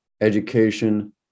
education